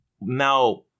Now